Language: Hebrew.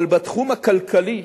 אבל בתחום הכלכלי